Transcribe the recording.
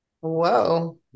Whoa